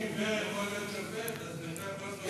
אם עיוור יכול להיות שופט אז נכה יכול להיות חבר כנסת,